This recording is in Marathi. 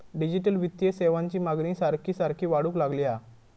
डिजिटल वित्तीय सेवांची मागणी सारखी सारखी वाढूक लागली हा